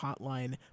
Hotline